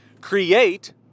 create